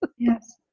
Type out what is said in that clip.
Yes